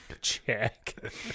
Check